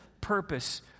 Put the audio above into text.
purpose